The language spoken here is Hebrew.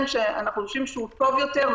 באופן שאנחנו חושבים שהוא טוב יותר,